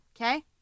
okay